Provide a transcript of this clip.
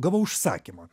gavau užsakymą